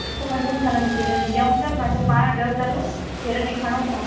असां पंजनि सालनि जी गेरंटी ॾियूंव था पर पाणि ॾह साल गेरंटी खणू था